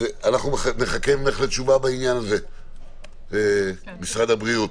אנחנו נחכה לתשובה ממך בעניין הזה ממשרד הבריאות.